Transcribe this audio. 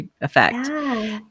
effect